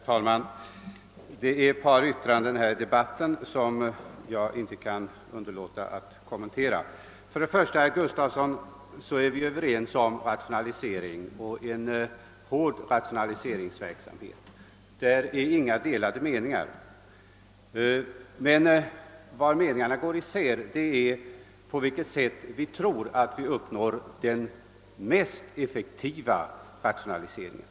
Herr talman! Det är några yttranden som fällts i denna debatt som jag inte kan underlåta att något kommentera. Vi är ju överens om att bedriva en hård rationaliseringsverksamhet, herr Gustafsson i Uddevalla. En sådan behövs, och därom råder inga delade meningar. Där uppfattningarna går isär är det sätt på vilket vi tror att vi uppnår den mest effektiva rationaliseringen.